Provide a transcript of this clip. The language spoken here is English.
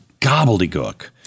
gobbledygook